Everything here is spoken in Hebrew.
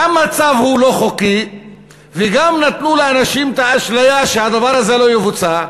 גם הצו לא חוקי וגם נתנו לאנשים את האשליה שהדבר הזה לא יבוצע.